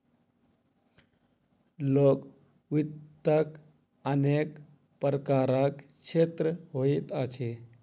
लोक वित्तक अनेक प्रकारक क्षेत्र होइत अछि